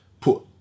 put